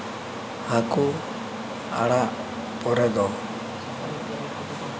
ᱦᱟᱹᱠᱩ ᱟᱲᱟᱜ ᱯᱚᱨᱮ ᱫᱚ